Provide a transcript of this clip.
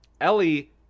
Ellie